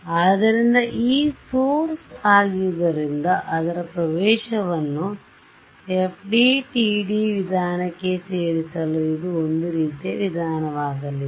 ಆದ್ದರಿಂದ E source ಆಗಿರುವುದರಿಂದ ಅದರ ಪ್ರವೇಶವನ್ನು FDTD ವಿಧಾನಕ್ಕೆ ಸೇರಿಸಲು ಇದು ಒಂದು ರೀತಿಯ ವಿಧಾನವಾಗಲಿದೆ